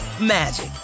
magic